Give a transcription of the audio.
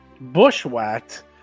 Bushwhacked